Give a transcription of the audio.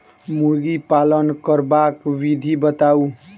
मुर्गी पालन करबाक विधि बताऊ?